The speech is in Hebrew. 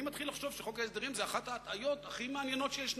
אני מתחיל לחשוב שחוק ההסדרים הוא אחת ההטעיות הכי מעניינות שיש.